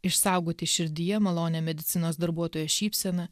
išsaugoti širdyje malonią medicinos darbuotojo šypseną